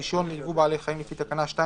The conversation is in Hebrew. (31)רישיון ליבוא בעלי חיים לפי תקנה 2